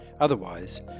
Otherwise